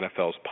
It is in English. NFL's